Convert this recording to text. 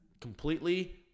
completely